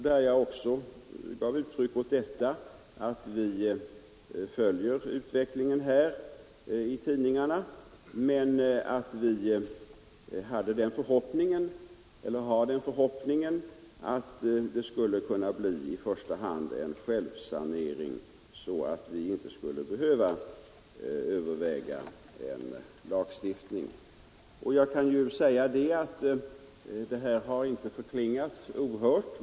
Jag gav i mitt svar uttryck åt att vi följer utvecklingen i tidningarna men att vi hyser förhoppningen att det i första hand skall kunna bli en självsanering, så att vi inte behöver överväga en lagstiftning. Och jag kan säga att denna maning har inte förklingat ohörd.